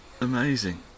Amazing